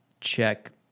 check